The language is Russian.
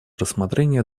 рассмотрение